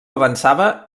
avançava